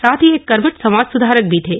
साथ ही एक कर्मठ समाज सुधारक भी थे